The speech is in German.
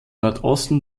nordosten